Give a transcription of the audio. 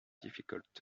difficult